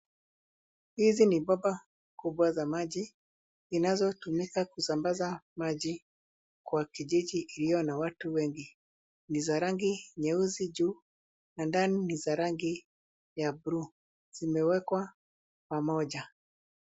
Hizi ni bomba kubwa za maji zinazotumika kusambaza maji kwa kijiji iliyo na watu wengi. Ni za rangi nyeusi juu na ndani ni za rangi ya bluu. Zimewekwa pamoja.